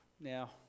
Now